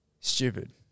stupid